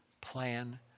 plan